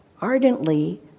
Ardently